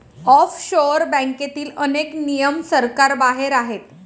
offshore बँकेतील अनेक नियम सरकारबाहेर आहेत